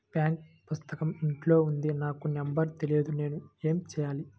Bank పుస్తకం ఇంట్లో ఉంది నాకు నంబర్ తెలియదు నేను ఏమి చెయ్యాలి?